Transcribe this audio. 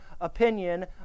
opinion